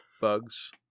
bugs